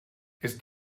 ist